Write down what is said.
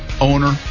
owner